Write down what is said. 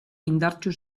indartsu